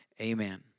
amen